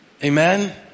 Amen